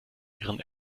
ihren